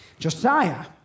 Josiah